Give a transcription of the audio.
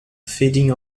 feeding